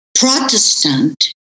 Protestant